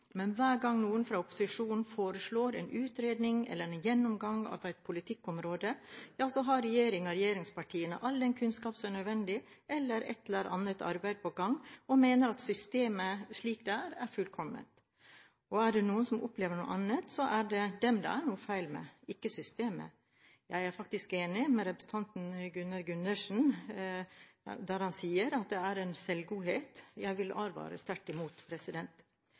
men hver gang noen fra opposisjonen foreslår en utredning eller en gjennomgang av et politikkområde – ja så har regjeringen og regjeringspartiene all den kunnskap som er nødvendig, eller de har et eller annet arbeid på gang og mener at systemet slik det er, er fullkomment. Er det noen som opplever noe annet, er det dem det er noe feil med, ikke systemet. Jeg er faktisk enig med representanten Gunnar Gundersen når han sier at det er en selvgodhet her, noe jeg vil advare sterkt imot.